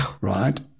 right